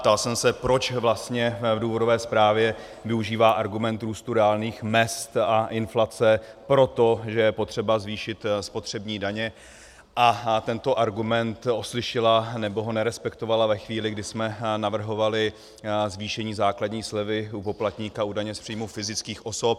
Ptal jsem se, proč vlastně v důvodové zprávě využívá argument růstu reálných mezd a inflace pro to, že je potřeba zvýšit spotřební daně, a tento argument oslyšela, nebo ho nerespektovala ve chvíli, kdy jsme navrhovali zvýšení základní slevy u poplatníka u daně z příjmu fyzických osob.